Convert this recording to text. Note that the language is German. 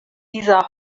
dieser